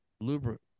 lubricant